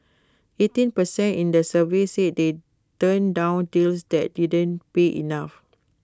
eighteen per cent in the survey said they turned down deals that didn't pay enough